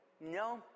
no